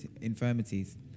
infirmities